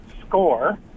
score